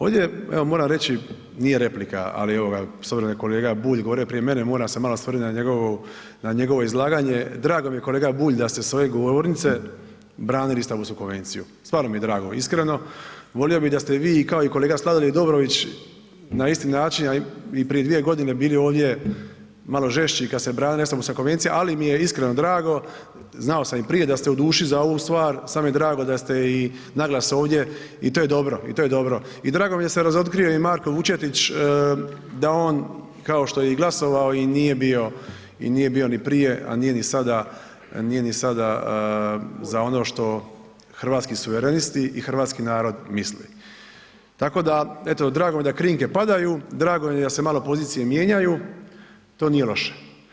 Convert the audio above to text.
Ovdje je, evo moram reći, nije replika, ali ovoga s obzirom da je kolega Bulj govorio prije mene, moram se malo osvrnuti na njegovo, na njegovo izlaganje, drago mi je kolega Bulj da ste s ove govornice branili Istambulsku konvenciju, stvarno mi je drago iskreno, volio bi da ste i vi i kao i kolega Sladoljev i Dobrović na isti način, a i prije 2.g. bili ovdje malo žešći kad se branila Istambulska konvencija, ali mi je iskreno drago, znao sam i prije da ste u duši za ovu stvar, sad mi je drago da ste i naglas ovdje i to je dobro i to je dobro, i drago mi je da se razotkrio i Marko Vučetić da on, kao što je i glasovao i nije bio i nije bio ni prije, a nije ni sada, nije ni sada za ono što hrvatski suverenisti i hrvatski narod misli, tako da drago mi je da krinke padaju, drago mi je da se malo pozicije mijenjaju, to nije loše.